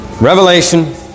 Revelation